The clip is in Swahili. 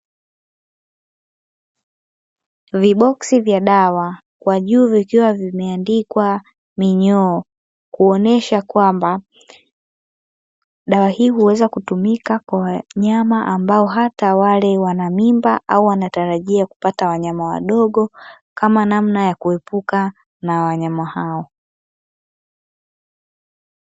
Viboxi vya dawa kwa juu vikiwa vimeandikwa minyoo kuonesha kwamba hii huweza kutumika kwa wanyama ambao hata wale wana mimba au wanatarajia kupata wanyama wadogo kama namna ya kuepuka na wanyama hao